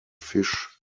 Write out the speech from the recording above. fisch